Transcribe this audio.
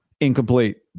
incomplete